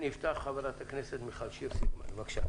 חברת הכנסת מיכל שיר סגמן, בבקשה.